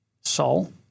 Saul